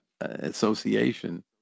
association